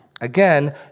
Again